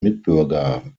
mitbürger